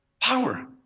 Power